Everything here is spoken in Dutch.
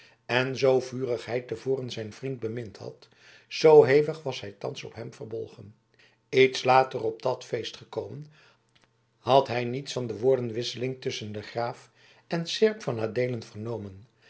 en zoo vurig hij te voren zijn vriend bemind had zoo hevig was hij thans op hem verbolgen iets later op dat feest gekomen had hij niets van de woordenwisseling tusschen den graaf en seerp van adeelen vernomen